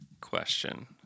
question